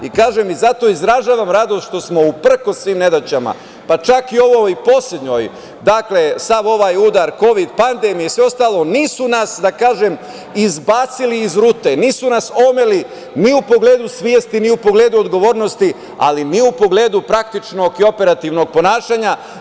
Izražavam radost što, uprkos svim nedaćama, pa čak i ovoj poslednjoj, sav ovaj udar kovid pandemije i sve ostalo, nisu nas izbacili iz rute, nisu nas omeli, ni u pogledu svesti, ni u pogledu odgovornosti, ali ni u pogledu praktičnog i operativnog ponašanja.